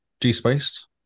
G-spaced